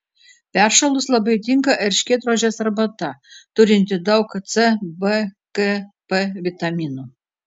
peršalus labai tinka erškėtrožės arbata turinti daug c b k p vitaminų